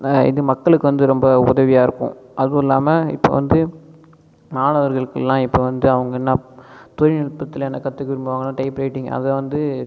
இது மக்களுக்கு வந்து ரொம்ப உதவியாக இருக்கும் அதுவும் இல்லாமல் இப்போ வந்து மாணவர்களுக்கு எல்லாம் இப்போ வந்து அவங்க என்ன தொழில்நுட்பத்தில் என்ன கற்றுக்க விரும்பறாங்களோ டைப்ரைட்டிங் அதை வந்து